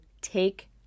take